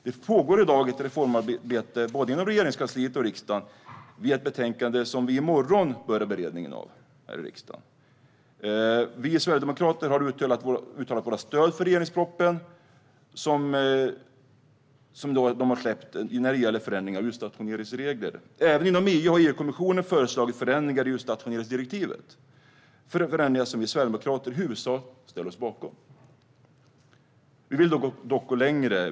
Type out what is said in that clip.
Det pågår i dag ett reformarbete både inom Regeringskansliet och riksdagen, och vi påbörjar i morgon beredningen av ett betänkande här i riksdagen. Vi sverigedemokrater har uttalat vårt stöd för regeringens proposition om förändringar av utstationeringsregler. Även inom EU har kommissionen föreslagit förändringar i utstationeringsdirektivet. Det är förändringar som vi sverigedemokrater i huvudsak ställer oss bakom. Vi vill dock gå längre.